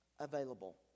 available